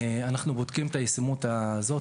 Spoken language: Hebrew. אנו בודקים את הישימות הזו.